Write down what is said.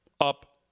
up